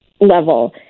level